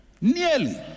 Nearly